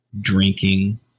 drinking